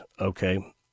okay